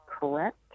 correct